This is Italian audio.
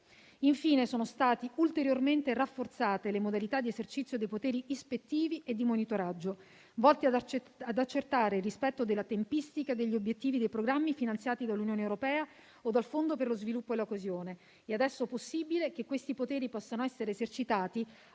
Infine, sono state ulteriormente rafforzate le modalità di esercizio dei poteri ispettivi e di monitoraggio volti ad accertare il rispetto della tempistica degli obiettivi dei programmi finanziati dall'Unione europea o dal Fondo per lo sviluppo e la coesione. È adesso possibile che questi poteri possono essere esercitati,